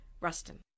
Ruston